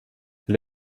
elle